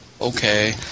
Okay